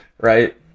right